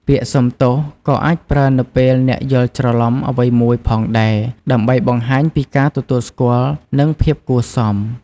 ពាក្យ សុំទោស ក៏អាចប្រើនៅពេលអ្នកយល់ច្រឡំអ្វីមួយផងដែរ ដើម្បីបង្ហាញពីការទទួលស្គាល់ និង ភាពគួរសម។